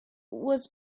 was